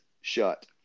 shut